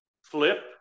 Flip